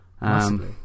massively